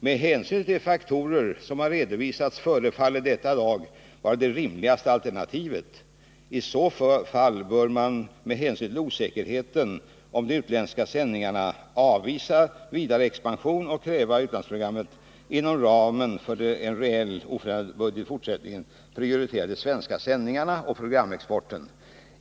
Med hänsyn till de faktorer som har redovisats förefaller detta i dag vara det rimligaste alternativet. I så fall bör man med hänsyn till osäkerheten om de utländska sändningarna avvisa vidare expansion och kräva att UTP inom ramen för en reellt oförändrad budget i fortsättningen prioriterar de svenska sändningarna och programexporten.